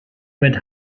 mit